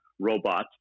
Robots